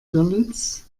görlitz